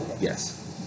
Yes